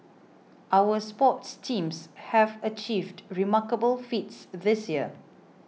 our sports teams have achieved remarkable feats this year